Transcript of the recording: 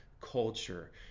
culture